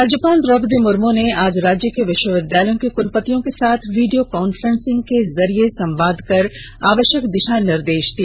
राज्यपाल द्रौपदी मुर्मू ने आज राज्य के विष्वविद्यालयों के क्लपतियों के साथ वीडियो कॉन्फ्रेंसिंग के माध्यम से संवाद कर आवष्यक दिषा निर्देष दिया